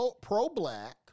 pro-black